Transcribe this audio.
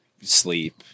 sleep